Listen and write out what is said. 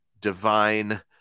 divine